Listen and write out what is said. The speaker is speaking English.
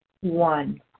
One